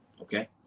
Okay